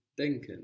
denken